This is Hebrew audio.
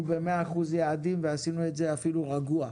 ב-100% יעדים ועשינו את זה אפילו רגוע.